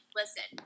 listen